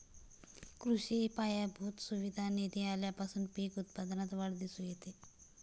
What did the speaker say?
कृषी पायाभूत सुविधा निधी आल्यापासून पीक उत्पादनात वाढ दिसून येत आहे